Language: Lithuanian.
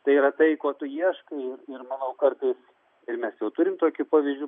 tai yra tai ko tu ieškai ir ir manau kartais ir mes jau turim tokių pavyzdžių